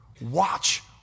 watch